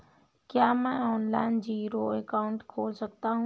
क्या मैं online zero account खोल सकता हूँ?